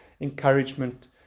encouragement